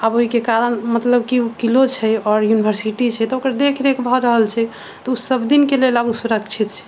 तऽ आब ओहिके कारण मतलब कि किलो छै आओर यूनिवर्सिटी छै तऽ ओकर देखरेख भए रहल छै तऽ ओ सभदिनके लेल सुरक्षित छै